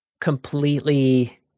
completely